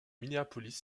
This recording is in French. minneapolis